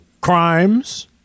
Crimes